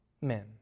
men